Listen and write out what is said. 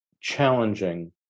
challenging